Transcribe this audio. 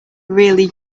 really